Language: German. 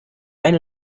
eine